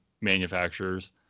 manufacturers